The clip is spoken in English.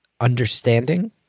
understanding